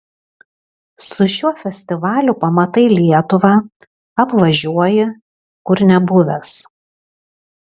su šiuo festivaliu pamatai lietuvą apvažiuoji kur nebuvęs